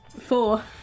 Four